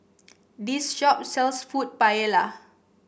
this shop sells food Paella